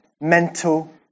mental